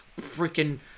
freaking